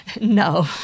No